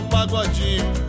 Pagodinho